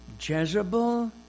Jezebel